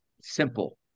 Simple